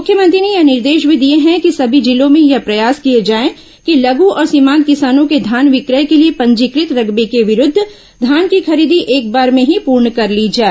मुख्यमंत्री ने यह निर्देश भी दिए हैं कि समी जिलों में यह प्रयास किए जाए कि लघु और सीमांत किसानों के धान विक्रय के लिए पंजीकृत रकबे के विरूद्ध धान की खरीदी एक बार में ही पूर्ण करे ली जाए